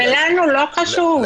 ולנו לא חשוב?